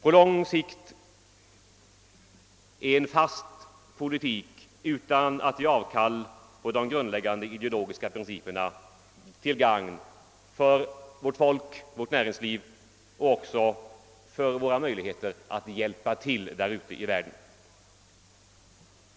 På lång sikt är en fast politik utan att ge avkall på de grundläggande ideologiska principerna till gagn för vårt folk, för vårt näringsliv och för våra möjligheter att hjälpa till där ute i världen.